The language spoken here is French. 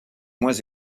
moins